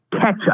Ketchup